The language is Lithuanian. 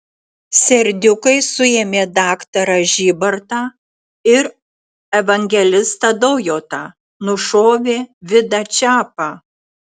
serdiukai suėmė daktarą žybartą ir evangelistą daujotą nušovė vidą čepą